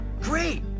Great